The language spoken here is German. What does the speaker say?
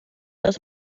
dass